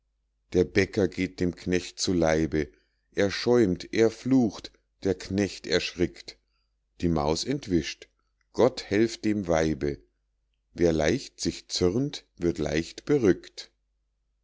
der bäcker geht dem knecht zu leibe er schäumt er flucht der knecht erschrickt die maus entwischt gott helf dem weibe wer leicht sich zürnt wird leicht berückt